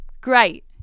great